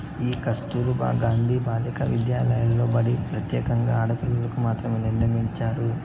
ఈ కస్తుర్బా గాంధీ బాలికా విద్యాలయ బడి ప్రత్యేకంగా ఆడపిల్లలకు మాత్రమే నిర్మించారు